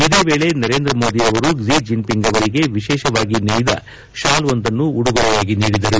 ಇದೇ ವೇಳೆ ನರೇಂದ್ರ ಮೋದಿ ಅವರು ಕ್ಷಿ ಜಿನ್ಪಿಂಗ್ ಅವರಿಗೆ ವಿಶೇಷವಾಗಿ ನೇಯ್ದ ಶಾಲ್ ಒಂದನ್ನು ಉಡುಗೊರೆಯಾಗಿ ನೀಡಿದರು